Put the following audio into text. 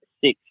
six